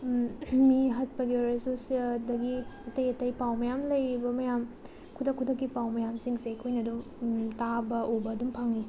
ꯃꯤ ꯍꯥꯠꯄꯒꯤ ꯑꯣꯏꯔꯁꯨ ꯑꯗꯒꯤ ꯑꯗꯒꯤ ꯑꯇꯩ ꯑꯇꯩ ꯄꯥꯎ ꯃꯌꯥꯝ ꯂꯩꯔꯤꯕ ꯃꯥꯌꯝ ꯈꯨꯗꯛ ꯈꯨꯗꯛꯀꯤ ꯄꯥꯎ ꯃꯌꯥꯝꯁꯤꯡꯁꯦ ꯑꯩꯈꯣꯏꯅ ꯑꯗꯨꯝ ꯇꯥꯕ ꯎꯕ ꯑꯗꯨꯝ ꯐꯪꯏ